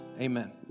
Amen